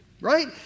Right